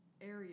area